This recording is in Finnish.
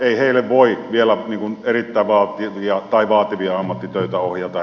ei heille voi vielä vaativia ammattitöitä ohjata